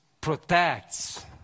protects